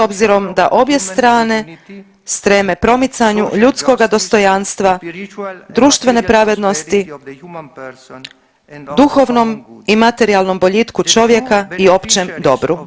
S obzirom da obje strane streme promicanju ljudskoga dostojanstva, društvene pravednosti, duhovnom i materijalnom boljitku čovjeka i općem dobru.